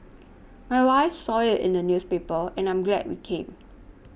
my wife saw it in the newspaper and I'm glad we came